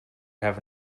have